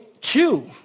two